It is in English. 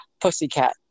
Pussycat